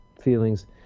feelings